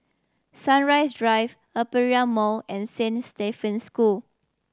Sunrise Drive Aperia Mall and Saint Stephen's School